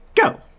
go